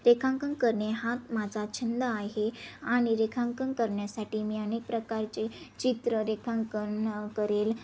रेखांकन करणे हा माझा छंद आहे आणि रेखांकन करण्यासाठी मी अनेक प्रकारचे चित्र रेखांकन करेल